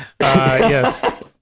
Yes